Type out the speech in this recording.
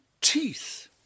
teeth